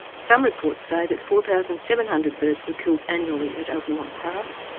some reports say that four thousand seven hundred birds were killed annually at altamont pass,